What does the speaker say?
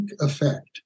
effect